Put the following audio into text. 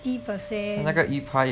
fifty percent